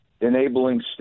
enabling